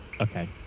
Okay